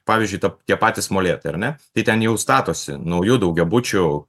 pavyzdžiui ta tie patys molėtai ar ne tai ten jau statosi naujų daugiabučių